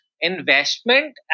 Investment